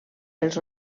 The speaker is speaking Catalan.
els